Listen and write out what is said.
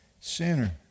sinner